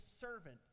servant